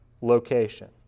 location